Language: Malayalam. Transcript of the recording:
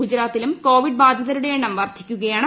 ഗുജറാത്തിലും കോവിഡ് ബാധിതരുടെ എണ്ണം വർദ്ധിക്കുകയാണ്